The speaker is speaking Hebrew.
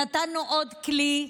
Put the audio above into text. נתנו עוד כלי.